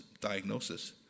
diagnosis